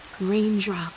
raindrop